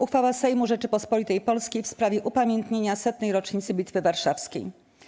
Uchwała Sejmu Rzeczypospolitej Polskiej w sprawie upamiętnienia 100. rocznicy Bitwy Warszawskiej.